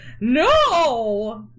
No